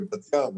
בבת ים,